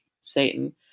satan